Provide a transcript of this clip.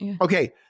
Okay